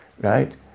right